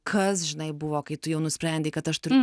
kas žinai buvo kai tu jau nusprendei kad aš turiu